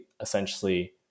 essentially